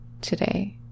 today